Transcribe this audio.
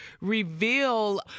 reveal